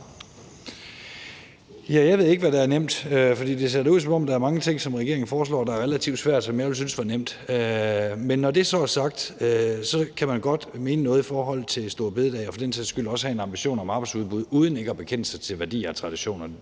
Jeg ved ikke, hvad der er nemt, for det ser da ud, som om der er mange ting, som regeringen forslår, der er relativt svære, men som jeg ville synes var nemme. Men når det så er sagt, så kan man godt mene noget om store bededag og for den sags skyld også have en ambition med hensyn til arbejdsudbud og samtidig bekende sig til værdier og traditioner.